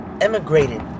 emigrated